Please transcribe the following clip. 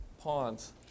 pawns